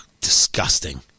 disgusting